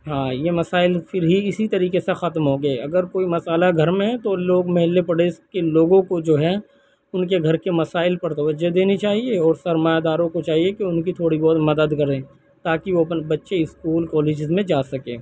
ہاں یہ مسائل پھر ہی اسی طریقے سے ختم ہوں گے اگر کوئی مسئلہ گھر میں تو لوگ محلے پڑوس کے لوگوں کو جو ہے ان کے گھر کے مسائل پر توجہ دینی چاہیے اور سرمایہ داروں کو چاہیے کہ ان کی تھوڑی بہت مدد کریں تاکہ وہ اپن بچے اسکول کالجیز میں جا سکیں